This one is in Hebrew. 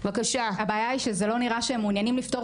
הבעיה היא שלא נראה שהם מעוניינים לפתור.